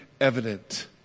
evident